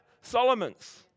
Solomon's